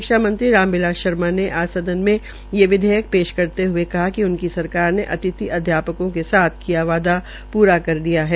शिक्षा मंत्री राम बिलास शर्मा ने आज सदन में ये विधेयक पेश करते हये कहा कि उनकी सरकार ने अतिथि अध्यापकों के साथ किया बादा पूरा कर दिया है